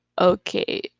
Okay